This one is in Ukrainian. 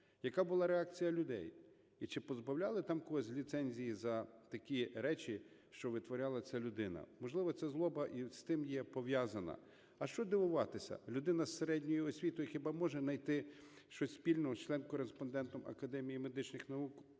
Яка була реакція людей? І чи позбавляли там когось ліцензії за такі речі, що витворяла ця людина. Можливо, ця злоба і з тим є пов'язана. А що дивуватися? Людина з середньою освітою хіба може знайти щось спільного з член-кореспондентом Академії медичних наук,